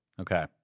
Okay